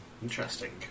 Interesting